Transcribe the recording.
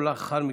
ולאחר מכן,